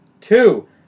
Two